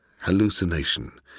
hallucination